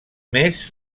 més